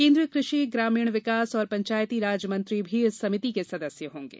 केन्द्रीय कृषि ग्रामीण विकास और पंचायती राज मंत्री भी इस समिति के सदस्य होंगे